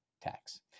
tax